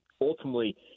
ultimately